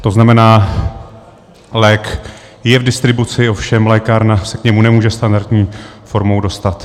To znamená, lék je v distribuci, ovšem lékárna se k němu nemůže standardní formou dostat.